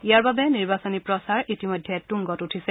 ইয়াৰ বাবে নিৰ্বাচনী প্ৰচাৰ ইতিমধ্যে তুংগত উঠিছে